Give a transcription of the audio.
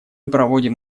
проводим